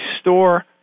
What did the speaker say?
store